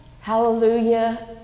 Hallelujah